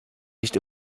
nicht